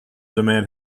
demand